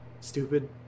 stupid